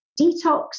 Detox